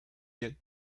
yet